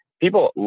people